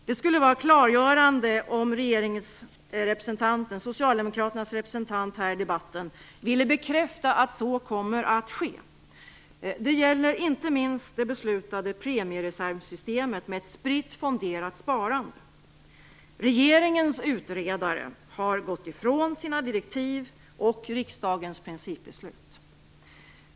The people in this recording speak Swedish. Det skulle vara klargörande om socialdemokraternas representant här i debatten ville bekräfta att så kommer att ske. Det gäller inte minst det beslutade premiereservsystemet med ett spritt fonderat sparande. Regeringens utredare har gått ifrån sina direktiv och riksdagens principbeslut.